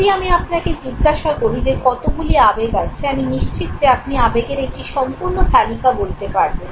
যদি আমি আপনাকে জিজ্ঞাসা করি যে কতগুলি আবেগ আছে আমি নিশ্চিত যে আপনি আবেগের একটি সম্পূর্ণ তালিকা বলতে পারবেন